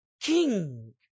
king